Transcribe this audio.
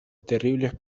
terribles